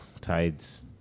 tides